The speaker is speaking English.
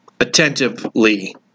Attentively